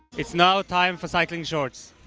it's now time for cycling shorts.